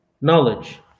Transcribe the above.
knowledge